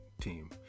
team